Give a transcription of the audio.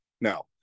Now